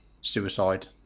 suicide